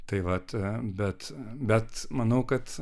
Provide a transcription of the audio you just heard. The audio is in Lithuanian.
tai vat bet bet manau kad